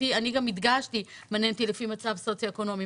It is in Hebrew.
אני גם הדגשתי שמעניין אותי לפי מצב סוציו אקונומי,